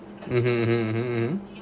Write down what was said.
mmhmm